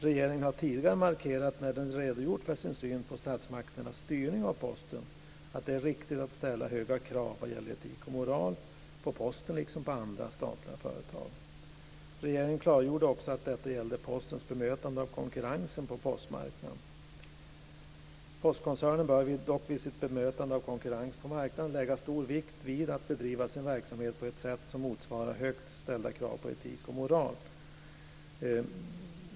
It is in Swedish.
Regeringen har tidigare när den redogjort för sin syn på statsmakternas styrning av Posten markerat att det är riktigt att ställa höga krav när det gäller etik och moral på Posten liksom på andra statliga företag. Regeringen klargjorde också att detta gällde Postens bemötande av konkurrensen på postmarknaden. Postkoncernen bör dock vid sitt bemötande av konkurrens på marknaden lägga stor vikt vid att bedriva sin verksamhet på ett sätt som motsvarar högt ställda krav på etik och moral.